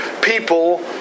people